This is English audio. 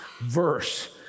verse